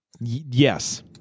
yes